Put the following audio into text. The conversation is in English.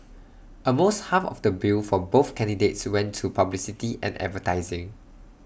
almost half of the bill for both candidates went to publicity and advertising